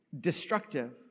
destructive